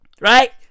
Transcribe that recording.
Right